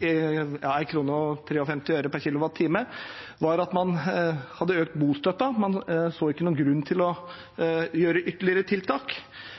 1,53 kr per kWh, var svaret at man hadde økt bostøtten, at man ikke så noen grunn til å gjøre ytterligere tiltak.